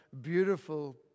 beautiful